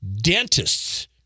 Dentists